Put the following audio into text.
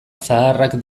zaharrak